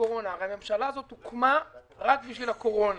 קורונה הרי הממשלה הזאת הוקמה רק בשביל הקורונה,